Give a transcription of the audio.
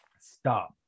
Stop